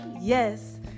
yes